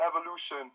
evolution